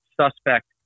suspect